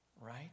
right